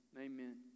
Amen